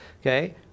Okay